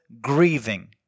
grieving